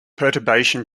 perturbation